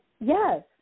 yes